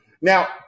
Now